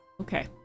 Okay